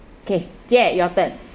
okay 姐 your turn